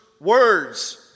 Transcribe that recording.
words